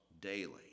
daily